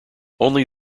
only